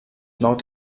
not